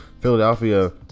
philadelphia